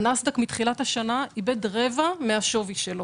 הנאסד"ק מתחילת השנה איבד רבע מן השווי שלו.